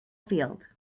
field